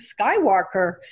skywalker